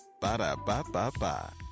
Ba-da-ba-ba-ba